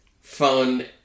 fun